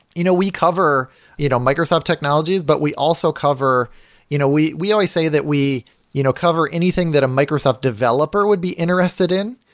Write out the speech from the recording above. you know we cover you know microsoft technologies, but we also cover you know we we only say that we you know cover anything that a microsoft developer would be interested in.